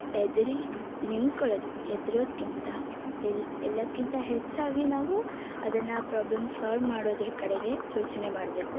ಹೆದ್ರಿ ನಿಂತ್ಕೊಳ್ಳೋದು ಹೆದ್ರೋದ್ಕಿಂತ ಎಲ್ ಎಲ್ಲದ್ಕಿಂತ ಹೆಚ್ಚಾಗಿ ನಾವು ಅದನ್ನು ಪ್ರಾಬ್ಲಮ್ಸ್ ಸಾಲ್ವ್ ಮಾಡೋದ್ರ ಕಡೆಗೆ ಯೋಚನೆ ಮಾಡಬೇಕು